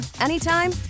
anytime